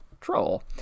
Troll